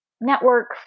network